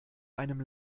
einem